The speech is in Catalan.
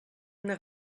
una